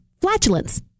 flatulence